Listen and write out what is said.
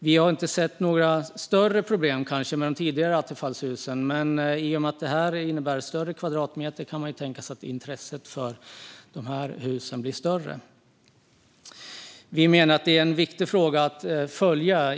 Vi har inte sett några större problem med de tidigare attefallshusen, men i och med att det här innebär fler kvadratmeter kan man tänka sig att intresset för de här husen blir större. Vi menar att det är en viktig fråga att följa.